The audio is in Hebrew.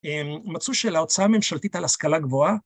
הם מצאו שלהוצאה ממשלתית על השכלה גבוהה